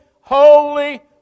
holy